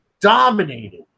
dominated